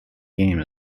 game